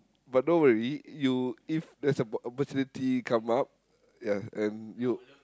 but don't worry you if there's a opportunity come up ya and you